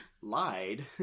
lied